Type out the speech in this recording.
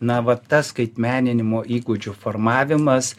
na va ta skaitmeninimo įgūdžių formavimas